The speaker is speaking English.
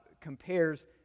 compares